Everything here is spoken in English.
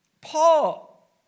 Paul